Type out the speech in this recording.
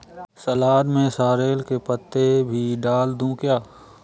सलाद में सॉरेल के पत्ते भी डाल दूं क्या?